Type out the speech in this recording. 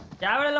down to one